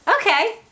Okay